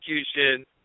execution